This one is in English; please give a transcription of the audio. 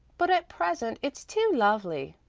but at present it's too lovely,